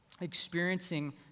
Experiencing